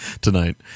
tonight